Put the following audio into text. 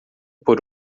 por